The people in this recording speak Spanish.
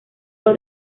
hijo